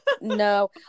no